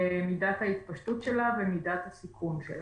מידת ההתפשטות ומידת הסיכון שלה.